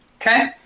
Okay